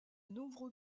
nombreux